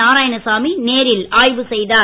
நாராயணசாமி நேரில் ஆய்வு செய்தார்